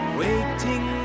waiting